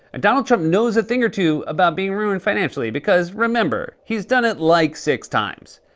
and donald trump knows a thing or two about being ruined financially because remember he's done it, like, six times.